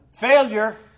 Failure